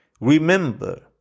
Remember